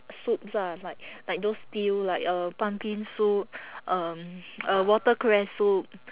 soups ah like like those stew like uh pumpkin soup um watercress soup